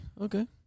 okay